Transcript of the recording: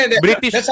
British